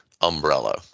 umbrella